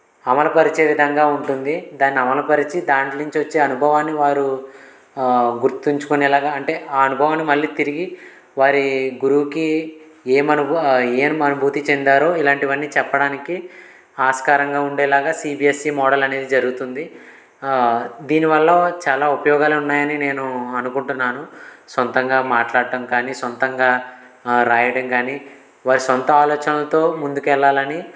అమలుపరిచే విధంగా ఉంటుంది దాన్ని అమలుపరిచి దాంట్లో నుంచి వచ్చే అనుభవాన్ని వారు గుర్తుంచుకునేలాగా అంటే ఆ అనుభవం మళ్ళీ తిరిగి వారి గురువుకి ఏమనువ ఏమి అనుభూతి చెందారో ఇలాంటివన్నీ చెప్పడానికి ఆస్కారంగా ఉండేలాగా సిబిఎస్సి మోడల్ అనేది జరుగుతుంది దీనివల్ల చాలా ఉపయోగాలు ఉన్నాయని నేను అనుకుంటున్నాను సొంతంగా మాట్లాడటం కానీ సొంతంగా రాయడం కానీ వారి సొంత ఆలోచనలతో ముందుకు వెళ్లాలని